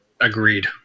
Agreed